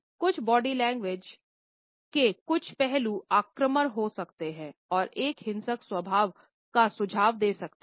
कुछ body language के कुछ पहलू आक्रामक हो सकते हैं और एक हिंसक स्वभाव का सुझाव दे सकते हैं